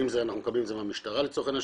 אם אנחנו מקבלים את זה מהמשטרה לצורך העניין,